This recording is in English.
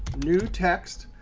newtext.